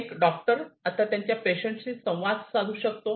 एक डॉक्टर आता त्यांच्या पेशंटशी संवाद साधू शकतो